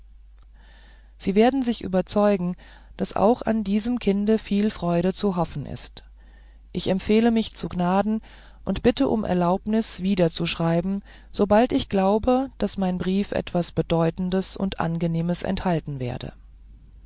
sie werden sich überzeugen daß auch an diesem kinde viel freude zu hoffen ist ich empfehle mich zu gnaden und bitte um die erlaubnis wieder zu schreiben sobald ich glaube daß mein brief etwas bedeutendes und angenehmes enthalten werde